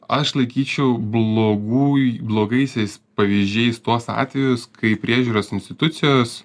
aš laikyčiau blogųj blogaisiais pavyzdžiais tuos atvejus kai priežiūros institucijos